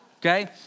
okay